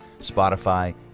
Spotify